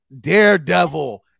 Daredevil